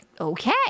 okay